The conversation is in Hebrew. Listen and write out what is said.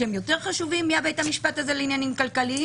שהם יותר חשובים מבית המשפט הזה לעניינים כלכליים